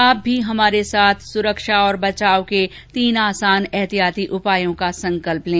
आप भी हमारे साथ सुरक्षा और बचाव के तीन आसान एहतियाती उपायों का संकल्प लें